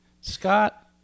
Scott